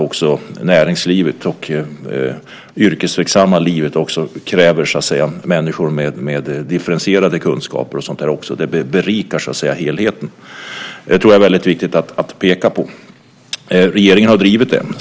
Också näringslivet och det yrkesverksamma livet kräver människor med differentierade kunskaper. Det berikar så att säga helheten. Det tror jag är väldigt viktigt att peka på. Regeringen har drivit det.